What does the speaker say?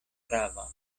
prava